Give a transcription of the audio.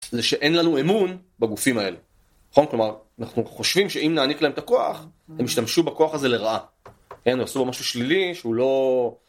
זה שאין לנו אמון בגופים האלה, נכון, כלומר, אנחנו חושבים שאם נעניק להם את הכוח, הם ישתמשו בכוח הזה לרעה, כן, הם יעשו לו משהו שלילי שהוא לא...